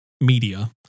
Media